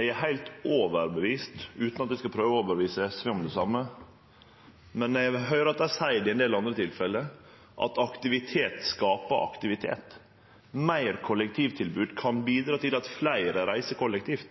Eg er heilt overtydd – utan at eg skal prøve å overtyde SV om det same. Eg høyrer at dei seier i ein del andre tilfelle at aktivitet skaper aktivitet. Betre kollektivtilbod kan bidra til at fleire reiser kollektivt.